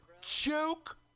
Joke